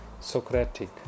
Socratic